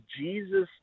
Jesus